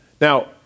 Now